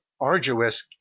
arduous